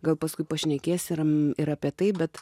gal paskui pašnekėsim ir apie tai bet